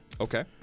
Okay